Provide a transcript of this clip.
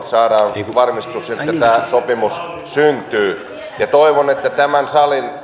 saadaan varmistus että tämä sopimus syntyy ja toivon että tässä salissa